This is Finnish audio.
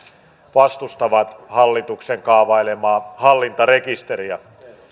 vastustavat hallituksen kaavailemaa hallintarekisteriä